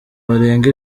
barenga